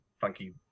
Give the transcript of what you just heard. funky